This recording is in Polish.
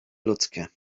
ludzkie